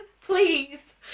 Please